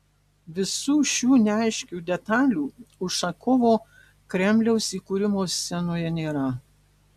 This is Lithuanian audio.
visų šių neaiškių detalių ušakovo kremliaus įkūrimo scenoje nėra